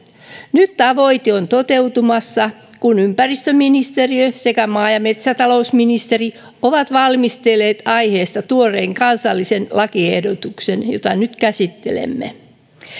nyt tavoite on toteutumassa kun ympäristöministeriö sekä maa ja metsätalousministeriö ovat valmistelleet aiheesta tuoreen kansallisen lakiehdotuksen jota nyt käsittelemme